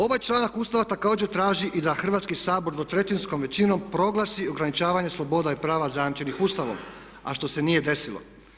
Ovaj članak Ustava također traži i da Hrvatski sabor dvotrećinskom većinom proglasi ograničavanje sloboda i prava zajamčenih Ustavom, a što se nije desilo.